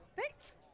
Thanks